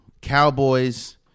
Cowboys